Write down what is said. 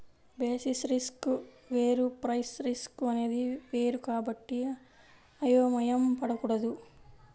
basis risk వేరు price risk అనేది వేరు కాబట్టి అయోమయం పడకూడదు